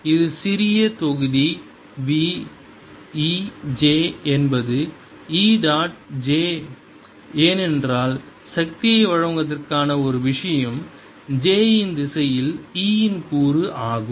இது சிறிய தொகுதி v E j என்பது e டாட் j ஏனென்றால் சக்தியை வழங்குவதற்கான ஒரே விஷயம் j இன் திசையில் E இன் கூறு ஆகும்